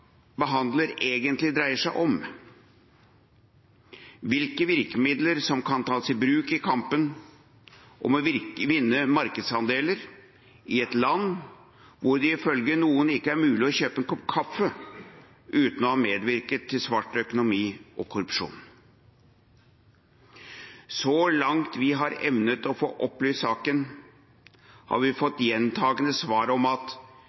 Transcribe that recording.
behandler, egentlig dreier seg om – hvilke virkemidler som kan tas i bruk i kampen om å vinne markedsandeler i et land hvor det ifølge noen ikke er mulig å kjøpe en kopp kaffe uten å ha medvirket til svart økonomi og korrupsjon. Så langt vi har evnet å få opplyst saken, har vi fått gjentagende svar om at